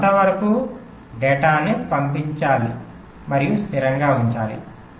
మీరు అంత వరకు డేటాను పంపించాలి మరియు స్థిరంగా ఉంచాలి